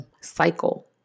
cycle